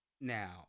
now